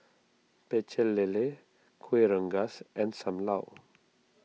Pecel Lele Kueh Rengas and Sam Lau